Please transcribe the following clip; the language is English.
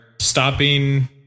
stopping